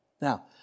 Now